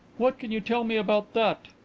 what can you tell me about that?